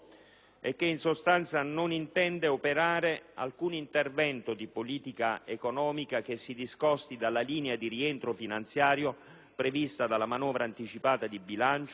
e che, in sostanza, non intende operare alcun intervento di politica economica che si discosti dalla linea di rientro finanziario, prevista dalla manovra anticipata di bilancio,